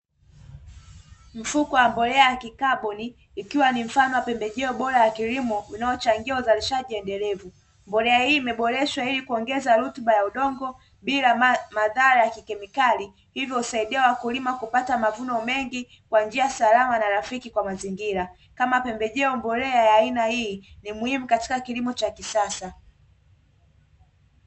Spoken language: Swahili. Mfuko wa mbolea ya kikabo ni ikiwa ni mfano wa pembejeo bora ya kilimo inayochangia uzalishaji endelevu, mbolea hii imeboreshwa ili kuongeza rutuba ya udongo bila madhara ya kikemikali hivyo husaidia wakulima kupata mavuno mengi kwa njia salama na rafiki kwa mazingira kama pembejeo, mbolea ya aina hii ni muhimu katika kilimo cha kisasa.